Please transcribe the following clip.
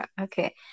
Okay